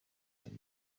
and